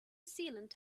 sealant